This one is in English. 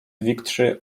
victory